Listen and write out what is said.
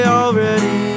already